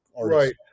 Right